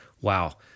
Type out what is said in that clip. Wow